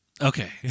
Okay